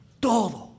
todo